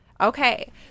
Okay